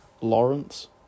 Lawrence